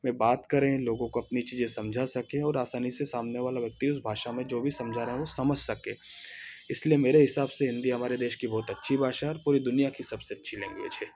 में बात करें लोगो को अपनी चीजे समझा सकें और आसानी से सामने वाला व्यक्ति उस भाषा में जो भी समझा रहा है वो समझ सके इसलिए मेरे हिसाब से हिंदी हमारे देश की बहुत अच्छी भाषा है और पूरी दुनिया की सबसे अच्छी लैंग्वेज है